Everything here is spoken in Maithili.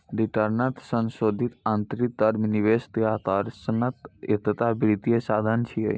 रिटर्नक संशोधित आंतरिक दर निवेश के आकर्षणक एकटा वित्तीय साधन छियै